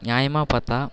நியாயமாக பார்த்தா